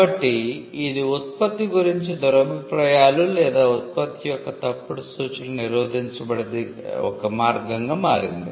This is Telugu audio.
కాబట్టి ఇది ఉత్పత్తి గురించి దురభిప్రాయాలు లేదా ఉత్పత్తి యొక్క తప్పుడు సూచనలు నిరోధించబడే ఒక మార్గంగా మారింది